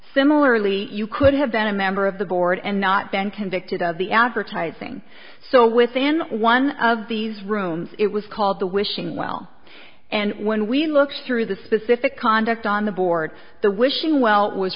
similarly you could have been a member of the board and not been convicted of the advertising so within one of these rooms it was called the wishing well and when we looked through the specific conduct on the board the wishing well was